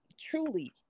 truly